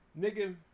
Nigga